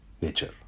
nature